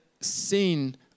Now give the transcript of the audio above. seen